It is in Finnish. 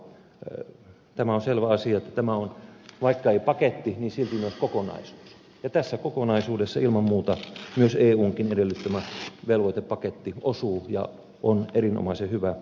on selvä asia että tämä on vaikka ei paketti niin silti myös kokonaisuus ja tässä kokonaisuudessa ilman muuta myös eunkin edellyttämä velvoitepaketti osuu ja on erinomaisen hyvä suomen kannalta